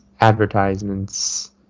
advertisements